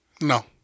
no